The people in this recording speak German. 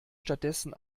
stattdessen